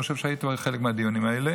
אני חושב שהיית בחלק מהדיונים האלה